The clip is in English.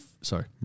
Sorry